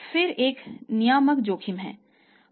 फिर एक नियामक जोखिम है